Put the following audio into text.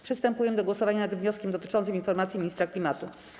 Przystępujemy do głosowania nad wnioskiem dotyczącym informacji ministra klimatu.